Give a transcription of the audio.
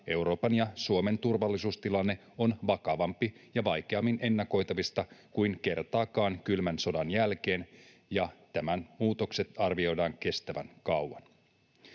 Euroopan ja Suomen turvallisuustilanne on vakavampi ja vaikeammin ennakoitavissa kuin kertaakaan kylmän sodan jälkeen, ja muutoksien arvioidaan kestävän kauan.